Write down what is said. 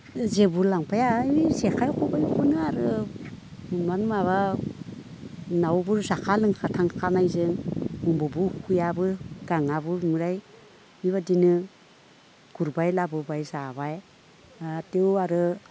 जेबो लांफाया ओइ जेखाइ खबाइखोनो आरो इमान माबा न'आवबो जाखा लोंखा थांखानायजों मोनबो उखैयाबो गाङाबो ओफ्राय बिबादिनो गुरबाय लाबोबाय जाबाय तेव आरो